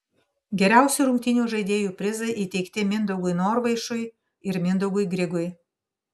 geriausių rungtynių žaidėjų prizai įteikti mindaugui norvaišui ir mindaugui grigui